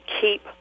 keep